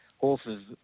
Horses